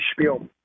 spiel